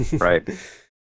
right